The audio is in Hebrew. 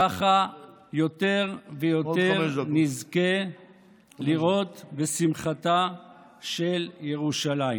ככה יותר ויותר נזכה לראות בשמחתה של ירושלים.